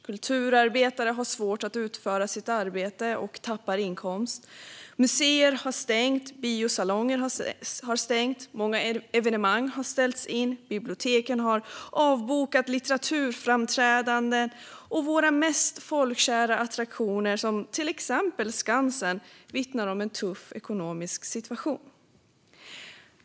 Kulturarbetare har svårt att utföra sitt arbete och tappar inkomst, museer har stängt, biosalonger har stängt, många evenemang har ställts in, biblioteken har avbokat litteraturframträdanden och våra mest folkkära attraktioner som till exempel Skansen vittnar om en tuff ekonomisk situation.